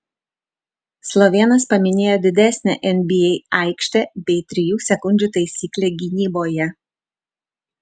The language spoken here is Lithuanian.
slovėnas paminėjo didesnę nba aikštę bei trijų sekundžių taisyklę gynyboje